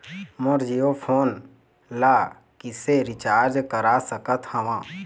मोर Jio phone ला किसे recharge करा सकत हवं?